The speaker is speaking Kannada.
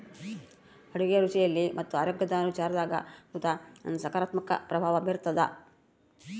ಅಡುಗೆ ರುಚಿಯಲ್ಲಿ ಮತ್ತು ಆರೋಗ್ಯದ ವಿಚಾರದಾಗು ಸುತ ಸಕಾರಾತ್ಮಕ ಪ್ರಭಾವ ಬೀರ್ತಾದ